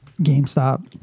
GameStop